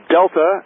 Delta